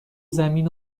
زمین